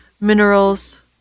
minerals